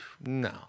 No